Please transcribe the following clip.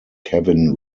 kevin